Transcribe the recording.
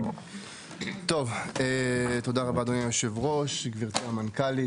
תודה רבה, אדוני היושב-ראש, גבירתי המנכ"לית.